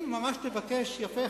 אם ממש תבקש יפה,